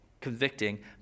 convicting